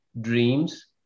dreams